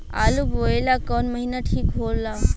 आलू बोए ला कवन महीना ठीक हो ला?